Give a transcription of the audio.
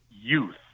youth